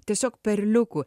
tiesiog perliukų